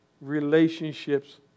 relationships